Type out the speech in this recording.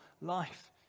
life